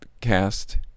cast